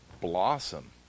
blossom